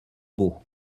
beau